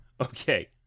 Okay